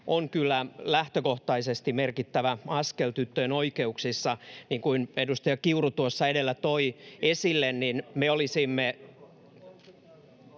on kyllä lähtökohtaisesti merkittävä askel tyttöjen oikeuksissa. Niin kuin edustaja Kiuru edellä toi esille, niin me olisimme